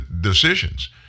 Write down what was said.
decisions